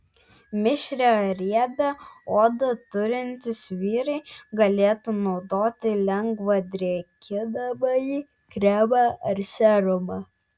mišrią ar riebią odą turintys vyrai galėtų naudoti lengvą drėkinamąjį kremą ar serumą